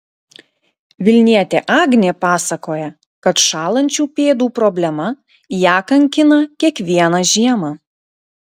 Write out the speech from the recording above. vilnietė agnė pasakoja kad šąlančių pėdų problema ją kankina kiekvieną žiemą